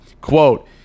quote